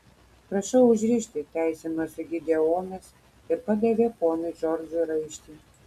prašau užrišti teisinosi gideonas ir padavė ponui džordžui raištį